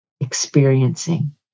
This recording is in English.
experiencing